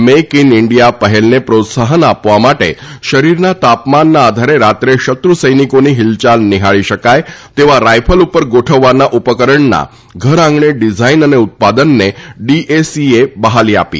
make in India પહેલને પ્રોત્સાફન આપવા માટે શરીરના તાપમાનના આધારે રાત્રે શત્રુસૈનિકોની ફીલયાલ નિફાળી શકાય તેવા રાયફલ ઉપર ગોઠવવાના ઉપકરણના ઘરઆંગણે ડીઝાઇન અને ઉત્પાદનને ડીઐસીઐ બહાલી આપી